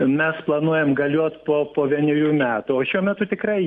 mes planuojam galiot po po vienerių metų o šiuo metu tikrai